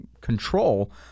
control